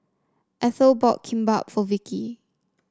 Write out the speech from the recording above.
Ethel bought Kimbap for Vikki